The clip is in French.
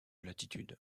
latitude